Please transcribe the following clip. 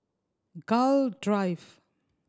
Gul Drive